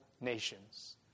nations